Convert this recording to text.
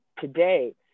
today